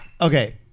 Okay